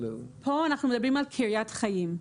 פה אנחנו מדברים על קריית חיים.